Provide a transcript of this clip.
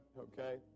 okay